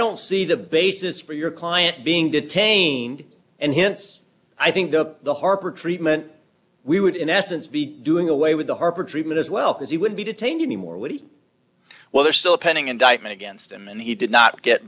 don't see the basis for your client being detained and hence i think the the harper treatment we would in essence be doing away with the harper treatment as well as he would be detained any more would he well there's still a pending indictment against him and he did not get